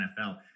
NFL